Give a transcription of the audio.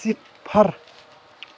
صِفر